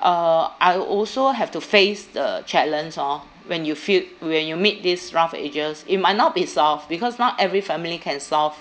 uh I also have to face the challenge lor when you feel when you meet these rough edges it might not be solved because not every family can solve